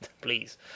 please